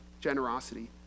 generosity